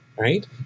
right